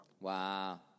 Wow